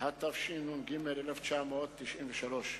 אזור התעשייה קיסריה (שיפוט וניהול), התשס"ח 2008,